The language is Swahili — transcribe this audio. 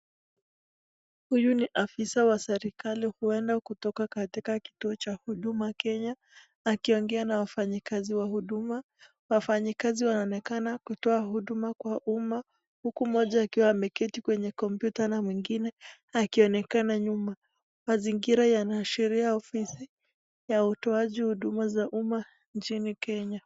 Huyu ni ofisa ya serekali uenda kutoka kituo cha huduma kenya wakiongea na wafanyi kazi wa huduma , wafanyikazi wanaonekana kutoa huduma kwa huma uko moja ameketi kwenye kompyuta na mwingine akionekana nyuma, mazingira yanaashiria ofisi ya utoaji wa uma nchini Kenya.